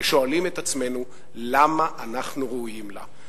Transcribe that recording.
ושואלים את עצמנו: למה אנחנו ראויים לה.